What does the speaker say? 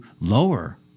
lower